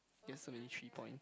get so many three points